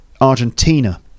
Argentina